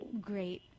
great